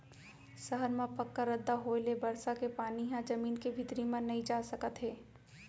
सहर म पक्का रद्दा होए ले बरसा के पानी ह जमीन के भीतरी म नइ जा सकत हे